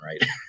right